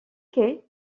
quais